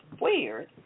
weird